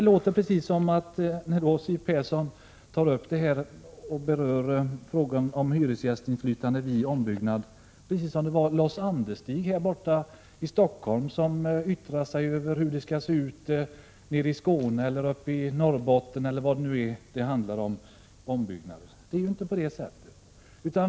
När Siw Persson berörde frågan om hyresgästinflytande vid ombyggnad lät det precis som om det vore Lars Anderstig i Stockholm som yttrade sig över hur det skall se ut vid ombyggnad nere i Skåne eller uppe i Norrbotten eller var det nu är. Det är ju inte på det sättet.